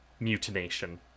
mutination